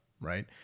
right